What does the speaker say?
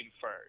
first